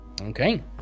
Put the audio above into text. Okay